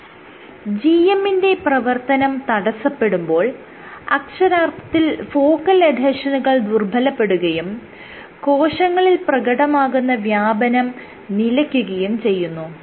GM ന്റെ പ്രവർത്തനം തടസ്സപ്പെടുമ്പോൾ അക്ഷരാർത്ഥത്തിൽ ഫോക്കൽ എഡ്ഹെഷനുകൾ ദുർബ്ബലപ്പെടുകയും കോശങ്ങളിൽ പ്രകടമാകുന്ന വ്യാപനം നിലയ്ക്കുകയും ചെയ്യുന്നു